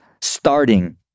starting